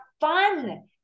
fun